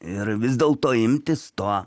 ir vis dėlto imtis to